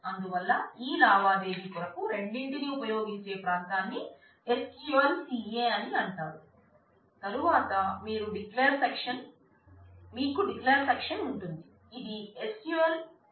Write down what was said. అందువల్ల ఈ లావాదేవీ కొరకు రెండింటిని ఉపయోగించే ప్రాంతాన్ని SQLCA అని అంటారు